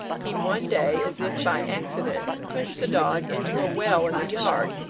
he one day, as if by accident, pushed the dog into a well in the yard,